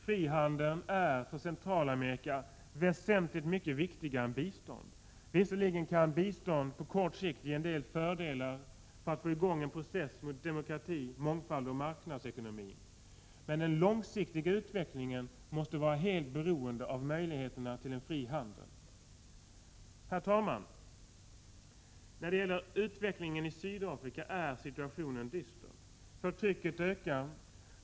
Frihandeln är för Centralamerika väsentligt viktigare än bistånd. Visserligen kan bistånd på kort sikt ge en del fördelar när det gäller att få i gång en process mot demokrati, mångfald och marknadsandelar, men den långsiktiga utvecklingen måste vara helt beroende av möjligheterna till en fri handel. Herr talman! När det gäller utvecklingen i Sydafrika är situationen dyster. Förtrycket ökar.